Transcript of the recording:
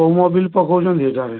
କେଉଁ ମୋବିଲ୍ ପକାଉଛନ୍ତି ଗାଡ଼ିରେ